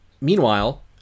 Meanwhile